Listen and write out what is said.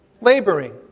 Laboring